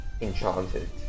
Enchanted